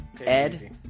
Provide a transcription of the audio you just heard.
Ed